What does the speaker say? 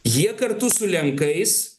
jie kartu su lenkais